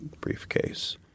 briefcase